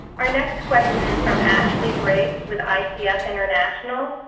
our next question is from ashley briggs with icf international.